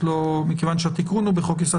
מכיוון שהתיקון הוא בחוק יסודות התקציב,